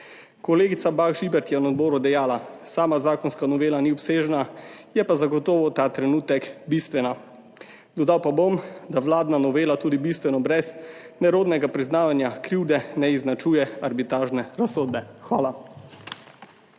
Kolegica Bah Žibert je na odboru dejala: »Sama zakonska novela ni obsežna, je pa zagotovo ta trenutek bistvena.« Dodal pa bom, da vladna novela tudi bistveno brez nerodnega priznavanja krivde, ne izenačuje arbitražne razsodbe. Hvala.